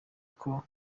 uko